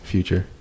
Future